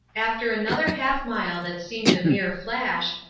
after another half mile that seemed a mere flash,